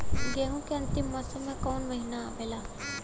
गेहूँ के अंतिम मौसम में कऊन महिना आवेला?